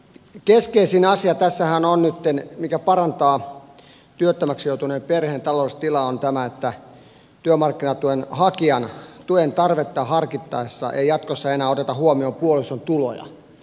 keskeisin asia tässähän mikä parantaa työttömäksi joutuneen perheen taloudellista tilaa on tämä että työmarkkinatuen hakijan tuen tarvetta harkittaessa ei jatkossa enää oteta huomioon puolison tuloja